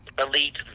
elite